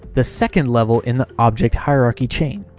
the second level in the object hierarchy chain.